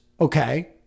Okay